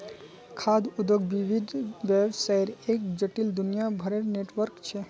खाद्य उद्योग विविध व्यवसायर एक जटिल, दुनियाभरेर नेटवर्क छ